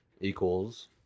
Equals